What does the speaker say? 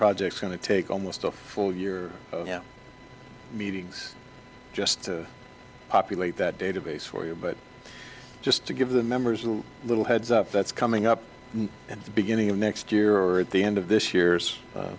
projects going to take almost a full year meetings just to populate that database for you but just to give the members a little heads up that's coming up in the beginning of next year or at the end of this years